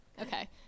okay